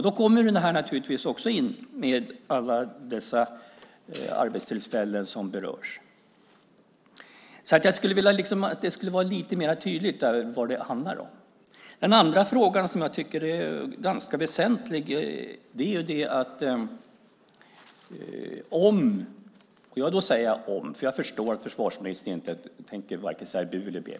Då kommer naturligtvis också alla dessa arbetstillfällen som berörs in. Jag skulle vilja att det skulle vara lite mer tydligt vad det handlar om. Det finns en annan fråga som jag tycker är ganska väsentlig. Jag förstår att försvarsministern inte tänker säga vare sig bu eller bä.